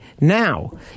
Now